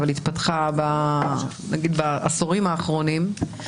אבל היא התפתחה נגיד בעשורים האחרונים.